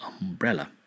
umbrella